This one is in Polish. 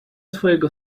twojego